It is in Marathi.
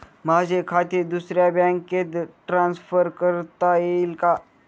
माझे खाते दुसऱ्या बँकेत ट्रान्सफर करता येईल का?